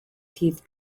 teeth